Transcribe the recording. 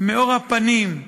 מאור הפנים,